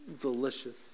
delicious